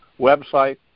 website